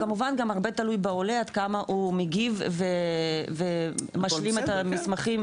כמובן הרבה גם תלוי בעולה עד כמה הוא מגיב ומשלים את המסמכים.